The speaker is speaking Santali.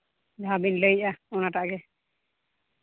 ᱡᱟᱦᱟᱸ ᱵᱤᱱ ᱞᱟᱹᱭᱮᱜᱼᱟ ᱚᱱᱟᱴᱟᱜ ᱜᱮ